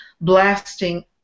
blasting